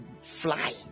fly